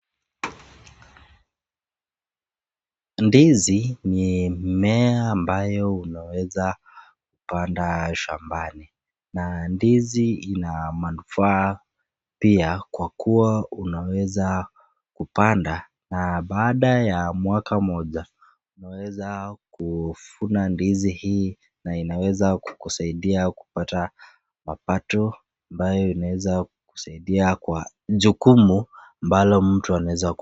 Ndizi ni mmea ambao unaweza kupanda shambani. Na ndizi ina manufaa pia kwa kuwa unaweza kupanda, na baada ya mwaka mmoja unaweza kuvuna ndizi hii, na inaweza kukusaidia kupata mapato ambayo inaweza kukusaidia kwa jukumu ambalo mtu anaweza.